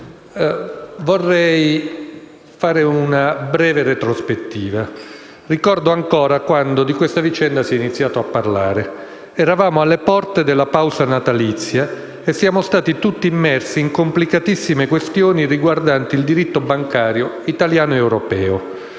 vorrei fare una breve retrospettiva. Ricordo quando di questa vicenda si è iniziato a parlare: eravamo alle porte della pausa natalizia e siamo tutti stati immersi in complicatissime questioni riguardanti il diritto bancario italiano ed europeo.